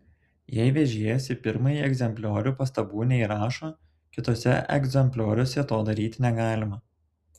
jei vežėjas į pirmąjį egzempliorių pastabų neįrašo kituose egzemplioriuose to daryti negalima